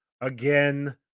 again